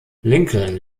lincoln